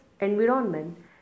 environment